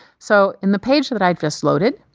so in the page that i've just loaded,